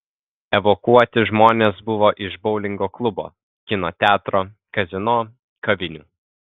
evakuoti žmonės buvo iš boulingo klubo kino teatro kazino kavinių